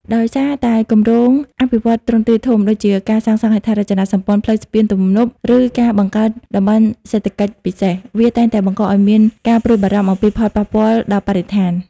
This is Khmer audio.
ដោយសារតែគម្រោងអភិវឌ្ឍន៍ទ្រង់ទ្រាយធំ ដូចជាការសាងសង់ហេដ្ឋារចនាសម្ព័ន្ធ ផ្លូវ ស្ពាន ទំនប់ ឬការបង្កើតតំបន់សេដ្ឋកិច្ចពិសេស វាតែងតែបង្កឱ្យមានការព្រួយបារម្ភអំពីផលប៉ះពាល់ដល់បរិស្ថាន។